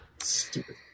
stupid